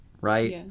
right